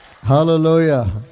hallelujah